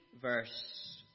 verse